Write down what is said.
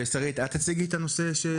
שרית, את תציגי את הנושא?